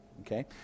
okay